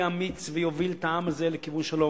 אמיץ ויוביל את העם הזה לכיוון שלום,